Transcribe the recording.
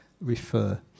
refer